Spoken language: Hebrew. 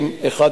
שמעתי,